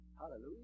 Hallelujah